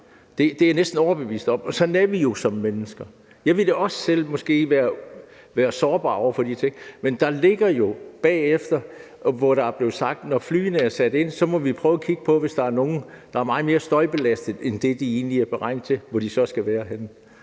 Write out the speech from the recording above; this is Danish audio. Det er jeg næsten overbevist om. Sådan er vi jo som mennesker. Jeg ville måske også selv være sårbar over for de ting. Men der ligger jo noget bagefter. Der er blevet sagt, at når flyene er sat ind, må vi prøve at kigge på det, hvis der er nogle, der er meget mere støjbelastede end det, der egentlig er beregnet at de er, og se på, hvor de